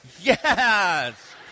Yes